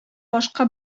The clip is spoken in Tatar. башка